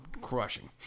crushing